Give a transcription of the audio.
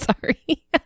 Sorry